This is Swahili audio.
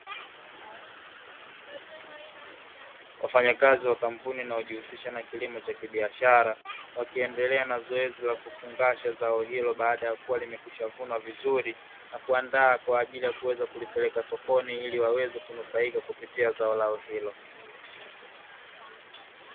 Wafanyakazi wa kampuni inayojihusisha na kilimo cha kibiashara, wakiendelea na zoezi la kufungasha zao hilo baada ya kuwa limekiwisha vunwa vizuri na kuandaa kwaajili ya kuweza kulipeleka sokoni ili waweze kunufaika kupitia zao lao hilo.